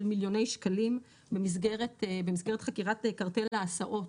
מיליוני שקלים במסגרת חקירת קרטל ההסעות